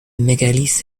mégalithe